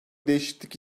değişiklik